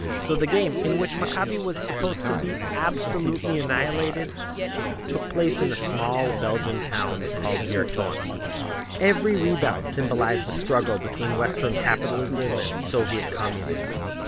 so the game in which maccabi was supposed to be absolutely annihilated took place in a small belgian town called virton every rebound symbolized the struggle between western capitalism and soviet communism,